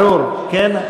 ברור, כן?